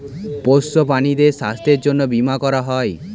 পোষ্য প্রাণীদের স্বাস্থ্যের জন্যে বীমা করা হয়